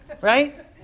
right